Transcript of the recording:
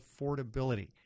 affordability